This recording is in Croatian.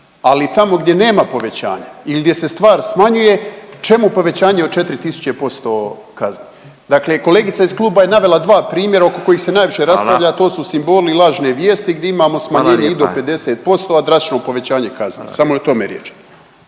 Ali tamo gdje nema povećanja ili gdje se stvar smanjuje, čemu povećanje od 4 000% kazni? Dakle, kolegica iz kluba je navela 2 primjera oko kojih se najviše raspravlja, .../Upadica: Hvala./... a to su simboli i lažne vijesti, gdje imamo smanjenje i do 50%, .../Upadica: Hvala lijepa./...